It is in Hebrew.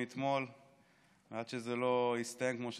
מאתמול עד שזה לא יסתיים כמו שצריך,